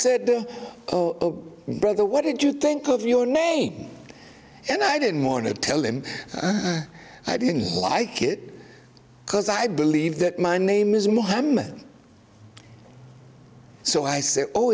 brother what did you think of your name and i didn't want to tell him i didn't like it because i believe that my name is mohammed so i said